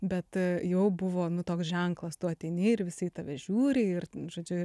bet jau buvo nu toks ženklas tu ateini ir visi į tave žiūri ir žodžiu